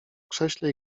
krześle